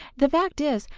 the fact is,